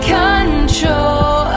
control